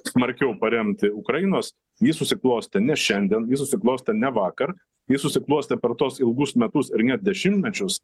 smarkiau paremti ukrainos ji susiklostė ne šiandien ji susiklostė ne vakar ji susiklostė per tuos ilgus metus ar net dešimtmečius